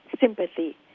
sympathy